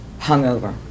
Hungover